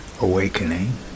awakening